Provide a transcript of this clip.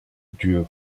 dieu